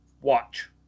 watch